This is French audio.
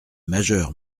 majeur